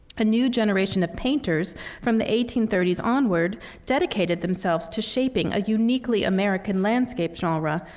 a new generation of painters from the eighteen thirty s onward dedicated themselves to shaping a uniquely american landscape genre,